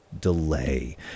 delay